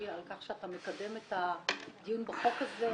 על כך שאתה מקדם את הדיון בחוק הזה.